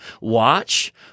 Watch